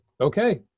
okay